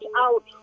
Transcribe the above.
out